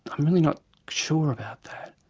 i'm really not sure about that.